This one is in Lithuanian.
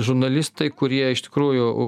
žurnalistai kurie iš tikrųjų